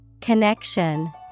Connection